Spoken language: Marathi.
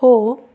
हो